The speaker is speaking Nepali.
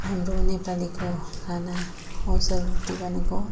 हाम्रो नेपालीको खाना हो सेलरोटी भनेको